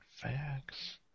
Facts